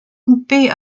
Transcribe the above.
poupées